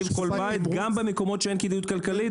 סיב בכל בית גם במקומות שאין כדאיות כלכלית?